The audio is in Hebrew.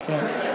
יואל,